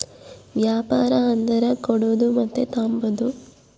ವ್ಯಾಪಾರ ಅಂದರ ಕೊಡೋದು ಮತ್ತೆ ತಾಂಬದು